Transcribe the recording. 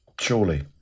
Surely